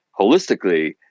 holistically